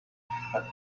had